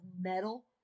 Metal